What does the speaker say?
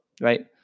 right